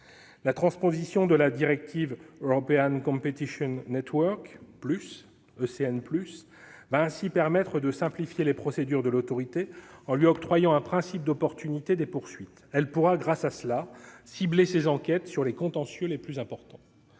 La transposition de la directive, ou ECN +, permettra de simplifier les procédures de l'Autorité en lui octroyant un principe d'opportunité des poursuites. Elle pourra, grâce à cela, cibler ses enquêtes sur les contentieux les plus importants.